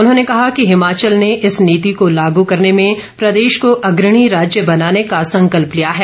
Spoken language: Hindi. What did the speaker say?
उन्होंने कहा कि हिमाचल ने इस नीति को लागू करने में प्रदेश को अग्रणी राज्य बनाने का संकल्प लिया है